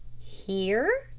here?